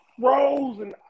frozen